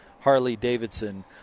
Harley-Davidson